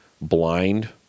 blind